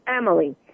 Emily